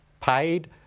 paid